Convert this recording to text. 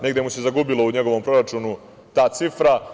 Negde se zagubila u njegovom proračunu ta cifra.